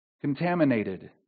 contaminated